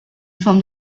from